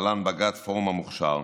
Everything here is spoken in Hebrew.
בג"ץ פורום המוכש"ר,